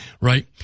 right